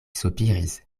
sopiris